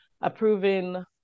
approving